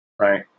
Right